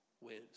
wins